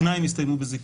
שניים הסתיימו בזיכוי.